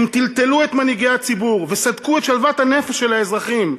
הם טלטלו את מנהיגי הציבור וסדקו את שלוות הנפש של האזרחים.